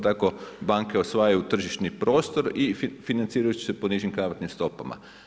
Tako banke osvajaju tržišni prostor i financiraju se po nižim kamatnim stopama.